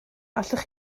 allwch